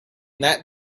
that